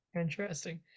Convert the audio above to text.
Interesting